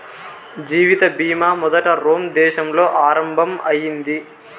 జీవిత బీమా మొదట రోమ్ దేశంలో ఆరంభం అయింది